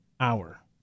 hour